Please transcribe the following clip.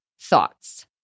thoughts